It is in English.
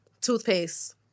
toothpaste